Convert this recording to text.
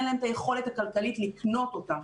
אין להם את היכולת הכלכלית לקנות אותם.